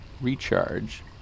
Recharge